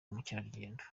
mukerarugendo